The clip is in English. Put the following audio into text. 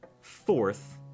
fourth